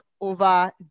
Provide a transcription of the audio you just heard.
over